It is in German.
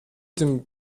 den